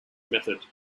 method